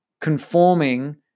conforming